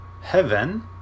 Heaven